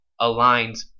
aligns